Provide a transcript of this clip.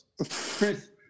chris